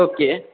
okay